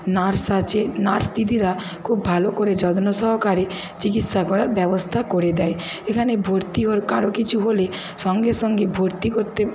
nurse আছে nurse দিদিরা খুব ভালো করে যত্ন সহকারে চিকিৎসা করার ব্যবস্থা করে দেয় এখানে ভর্তি কারোর কিছু হলে সঙ্গে সঙ্গে ভর্তি করতে